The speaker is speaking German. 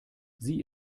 sie